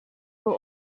will